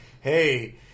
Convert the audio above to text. Hey